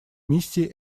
миссии